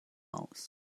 aus